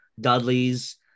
Dudleys